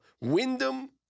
Wyndham